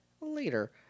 later